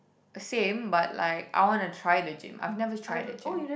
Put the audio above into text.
the same but like I wanna try the gym I've never tried the gym